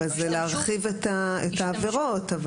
זה להרחיב את העבירות?